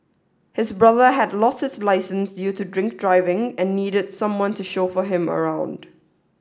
his brother had lost his licence due to drink driving and needed someone to chauffeur him around